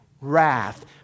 wrath